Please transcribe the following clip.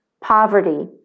poverty